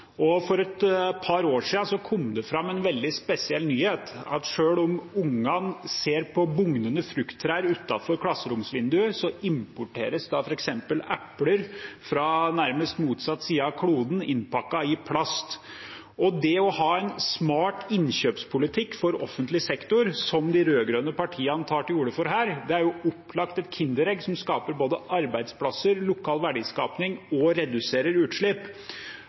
For et par år siden kom det en veldig spesiell nyhet: Selv om ungene ser på bugnende frukttrær utenfor klasseromsvinduet, importeres f.eks. epler fra nærmest motsatt side av kloden, innpakket i plast. Det å ha en smart innkjøpspolitikk for offentlig sektor, som de rød-grønne partiene tar til orde for her, er jo opplagt et kinderegg som både skaper arbeidsplasser, bidrar til lokal verdiskaping og reduserer utslipp.